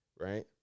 right